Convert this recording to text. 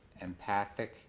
Empathic